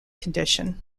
condition